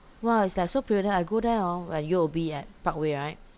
!wow! it's like so privilege I go there hor where U_O_B at parkway right